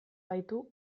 baitu